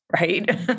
right